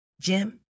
Jim